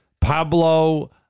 Pablo